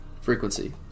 frequency